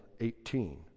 18